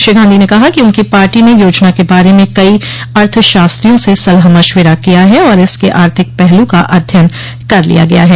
श्री गांधी ने कहा कि उनकी पार्टी ने योजना के बारे में कई अर्थशास्त्रियों से सलाह मशविरा किया है और इसके आर्थिक पहलू का अध्ययन कर लिया गया है